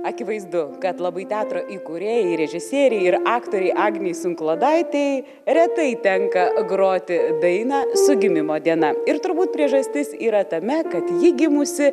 akivaizdu kad labai teatro įkūrėjei ir režisierei ir aktorei agnei sunklodaitei retai tenka groti dainą su gimimo diena ir turbūt priežastis yra tame kad ji gimusi